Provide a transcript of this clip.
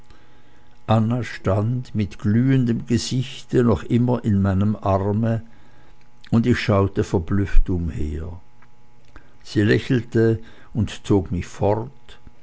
anna stand mit glühendem gesichte noch immer in meinem arme und ich schaute verblüfft umher sie lächelte und zog mich fort